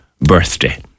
birthday